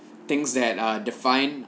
things that are defined